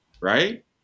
right